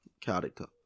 character